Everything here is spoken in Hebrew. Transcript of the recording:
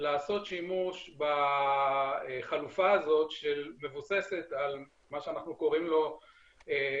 לעשות שימוש בחלופה הזאת שמבוססת על מה שאנחנו קוראים לו "גאפל".